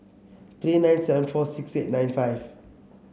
three nine seven four six eight nine five